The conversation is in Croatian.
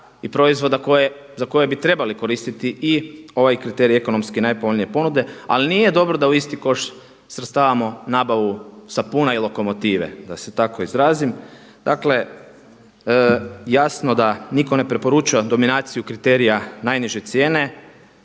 i proizvoda za koje bi trebali koristiti i ovaj kriterij ekonomski najpovoljnije ponude, ali nije dobro da u isti koš svrstavamo nabavu sapuna i lokomotive da se tako izrazim. Dakle jasno da nitko ne preporuča dominaciju kriterija najniže cijene,